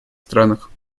странах